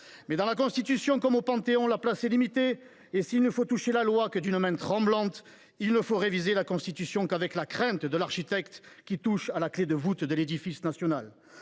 Mais, dans la Constitution comme au Panthéon, la place est limitée. Et, s’il ne faut toucher à la loi « que d’une main tremblante », il ne faut réviser la Constitution qu’avec la crainte de l’architecte qui touche à la clé de voûte de l’édifice national.